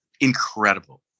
incredible